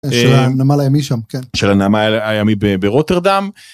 ‫של הנמל הימי שם, כן. ‫-של הנמל ה.. הימי ב.. ברוטרדם.